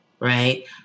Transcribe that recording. Right